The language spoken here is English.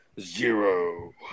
zero